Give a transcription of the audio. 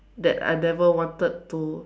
that I never wanted to